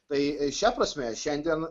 tai šia prasme šiandien